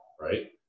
right